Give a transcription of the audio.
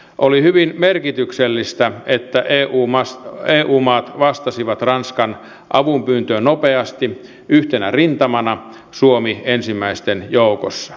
oli hyvin merkityksellistä että eu maat vastasivat ranskan avunpyyntöön nopeasti yhtenä rintamana suomi ensimmäisten joukossa